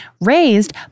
raised